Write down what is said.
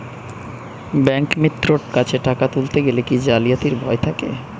ব্যাঙ্কিমিত্র কাছে টাকা তুলতে গেলে কি জালিয়াতির ভয় থাকে?